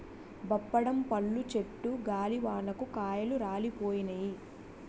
బప్పడం పళ్ళు చెట్టు గాలివానకు కాయలు రాలిపోయినాయి